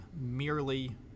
merely